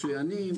מצוינים,